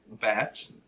Batch